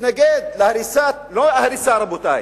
מתנגד להריסת, לא הריסה, רבותי.